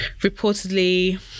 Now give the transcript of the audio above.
reportedly